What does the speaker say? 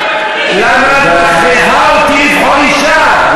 למה את מכריחה אותי לבחור אישה?